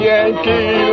Yankee